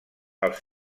els